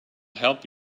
help